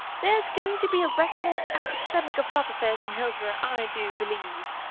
there's going to be a regular epidemic of love affairs in hillsboro, i do believe,